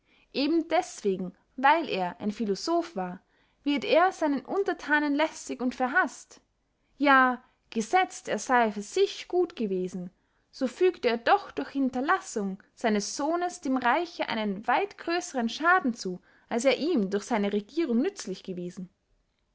eben deßwegen weil er ein philosoph war wird er seinen unterthanen lästig und verhaßt ja gesetzt er sey für sich gut gewesen so fügte er doch durch hinderlassung seines sohnes dem reiche einen weit grössern schaden zu als er ihm durch seine regierung nützlich gewesen